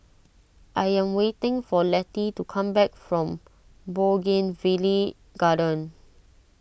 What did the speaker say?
I am waiting for Letty to come back from Bougainvillea Garden